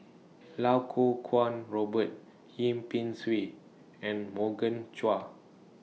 Lau Kuo Kwong Robert Yip Pin Xiu and Morgan Chua